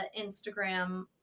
Instagram